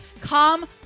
Come